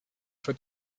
for